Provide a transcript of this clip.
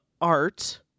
art